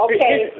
Okay